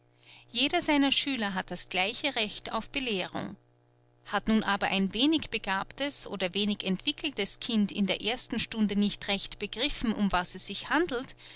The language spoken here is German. jeder seiner schüler hat das gleiche recht auf belehrung hat nun aber ein wenig begabtes oder wenig entwickeltes kind in der ersten stunde nicht recht begriffen um was es sich handelt